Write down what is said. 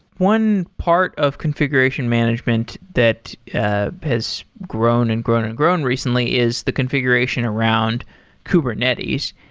one part of configuration management that ah has grown and grown and grown recently is the configuration around kubernetes,